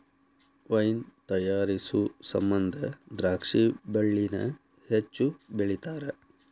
wine ತಯಾರಿಸು ಸಮಂದ ದ್ರಾಕ್ಷಿ ಬಳ್ಳಿನ ಹೆಚ್ಚು ಬೆಳಿತಾರ